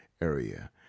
area